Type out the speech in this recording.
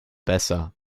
besser